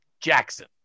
Jackson